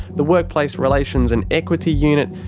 the workplace relations and equity unit,